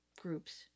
groups